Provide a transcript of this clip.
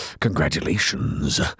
Congratulations